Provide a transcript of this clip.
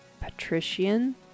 patrician